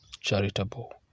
charitable